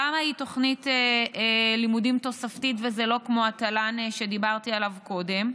למה היא תוכנית לימודים תוספתית וזה לא כמו תל"ן שדיברתי עליה קודם?